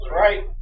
right